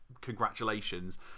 congratulations